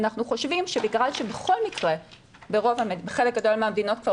אנחנו חושבים שבגלל שבחלק גדול מהמדינות כבר